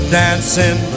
dancing